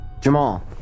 Jamal